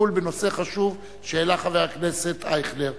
הטיפול בנושא החשוב שהעלה חבר הכנסת אייכלר.